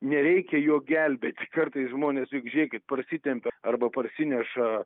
nereikia jo gelbėti kartais žmonės juk žėkit parsitempia arba parsineša